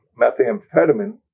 methamphetamine